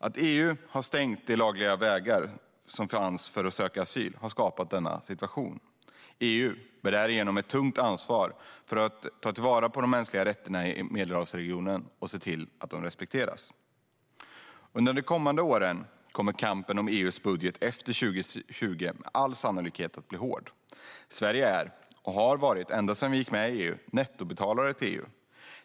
Att EU har stängt de lagliga vägarna som fanns för att söka asyl har skapat denna situation. EU har därigenom ett tungt ansvar för att ta till vara de mänskliga rättigheterna i Medelhavsregionen och se till att de respekteras. Under de kommande åren kommer kampen om EU:s budget efter 2020 med all sannolikhet att bli hård. Sverige är och har ända sedan vi gick med i EU varit nettobetalare till EU.